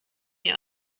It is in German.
ihr